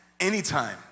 Anytime